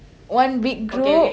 one big group